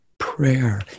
Prayer